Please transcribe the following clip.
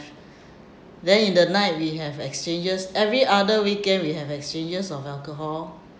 then in the night we have exchanges every other weekend we have exchanges of alcohol